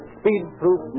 speed-proof